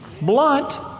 blunt